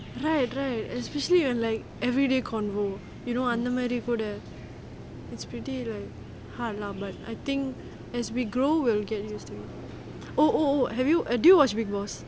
right right especially when like everyday conversation you know அந்த மாரி கூட:antha maari kuda it's pretty like hard lah but I think as we grow we will get use to it oh oh oh have you did you watch big boss